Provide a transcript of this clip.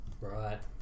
right